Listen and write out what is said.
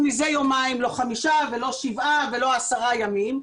זה לא אני אמרתי.